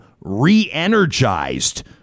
re-energized